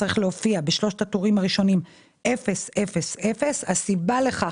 צריך להופיע בשלושת הטורים הראשונים 0-0-0. הסיבה לכך